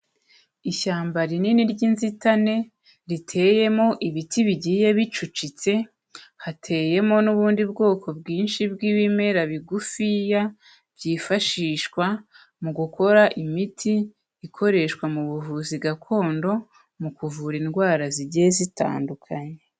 Ishyamba rinini ry'inzitane riteyemo ibiti bigiye bicucitse, hateyemo n'ubundi bwoko bwinshi bw'ibimera bigufiya, byifashishwa mu gukora imiti ikoreshwa mu buvuzi gakondo mu kuvura indwara zigiye zitandukanyekanya.